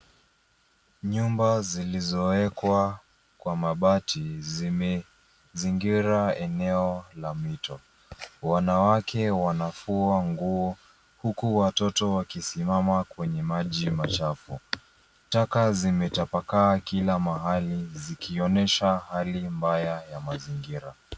Nyumba zilizowekwa kwa mabati zimezingira eneo la mito. Wanawake wanafua nguo, huku watoto wakisimama kwenye maji machafu. Taka zimetapakaa kila mahali, zikionyesha hali mbaya ya mazingira.